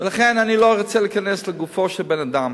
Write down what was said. אני לא ארצה להיכנס לגופו של בן-אדם,